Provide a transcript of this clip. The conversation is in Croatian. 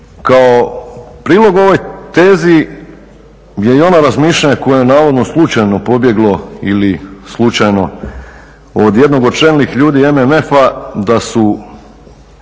Kao prilog ovoj tezi je i ono razmišljanje koje je navodno slučajno pobjeglo ili slučajno od jednog od čelnih ljudi MMF-a da su